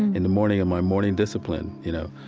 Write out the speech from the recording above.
in the morning. in my morning discipline, you know,